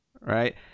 Right